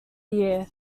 year